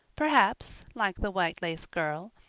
perhaps, like the white-lace girl,